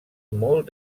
molt